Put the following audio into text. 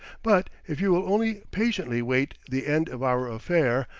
but if you will only patiently wait the end of our affair,